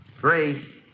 Three